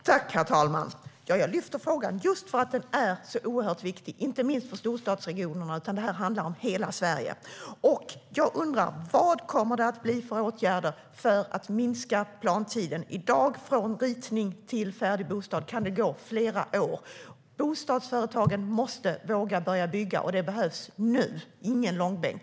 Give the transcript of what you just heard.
Herr talman! Jag lyfte upp frågan just för att den är så viktig. Det handlar inte om bara storstadsregionerna utan om hela Sverige. Vad kommer det att vidtas för åtgärder för att minska plantiden? I dag kan det flera år från ritning till färdig bostad. Bostadsföretagen måste våga börja bygga, och det nu! Ingen långbänk!